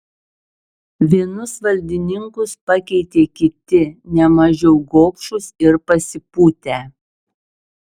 vienus valdininkus pakeitė kiti ne mažiau gobšūs ir pasipūtę